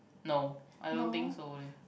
no I don't think so leh